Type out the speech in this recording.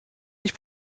sich